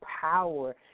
power